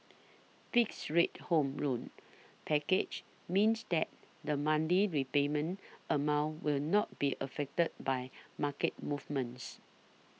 fixed rate Home Loan packages means that the Monday repayment amount will not be affected by market movements